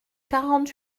quarante